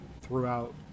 throughout